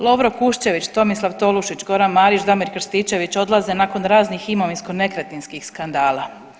Lovro Kuščević, Tomislav Tolušić, Goran Marić, Damir Krstičević odlaze nakon raznih imovinsko nekretninskih skandala.